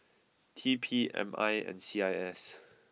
T P M I and C I S